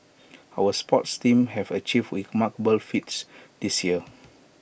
our sports teams have achieved remarkable feats this year